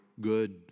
good